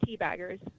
teabaggers